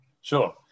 Sure